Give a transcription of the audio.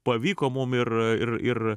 pavyko mum ir ir ir